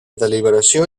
deliberació